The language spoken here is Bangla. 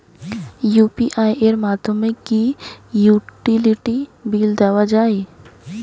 ইউ.পি.আই এর মাধ্যমে কি ইউটিলিটি বিল দেওয়া যায়?